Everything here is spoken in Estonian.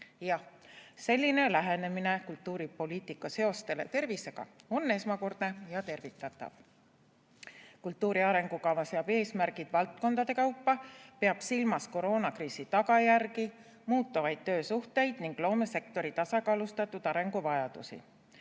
Jah, selline lähenemine kultuuripoliitika seostele tervisega on esmakordne ja tervitatav. Kultuuri arengukava seab eesmärgid valdkondade kaupa, peab silmas koroonakriisi tagajärgi, muutuvaid töösuhteid ning loomesektori tasakaalustatud arengu vajadusi.